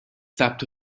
ثبت